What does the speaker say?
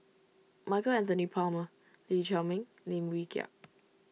Michael Anthony Palmer Lee Chiaw Meng Lim Wee Kiak